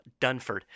Dunford